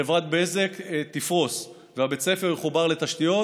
חברת בזק תפרוס ובית הספר יחובר לתשתיות,